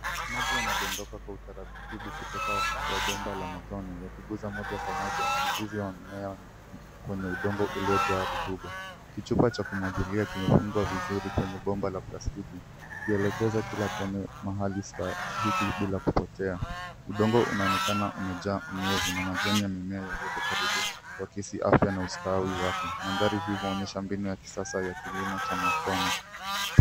Maji yanadondoka kwa utaratibu kutoka kwa bomba la matone, yakiguza moja kwa moja mizizi wa mimea kwenye udongo uliojaa rutuba. Kichupa cha kumwagilia kimefungwa vizuri kwenye bomba la plastiki, ikielekeza kila tone mahali stakiki bila kupotea. Udongo unaonekana umejaa unyevu, na majani ya mimea yaliyopo karibu kuakisi afya na ustawi wake. Mandhari hii huonyesha mbinu ya kisasa ya kilimo cha matone.